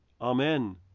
Amen